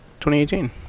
2018